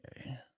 Okay